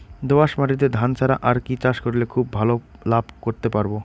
দোয়াস মাটিতে ধান ছাড়া আর কি চাষ করলে খুব ভাল লাভ করতে পারব?